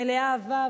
מלאי אהבה,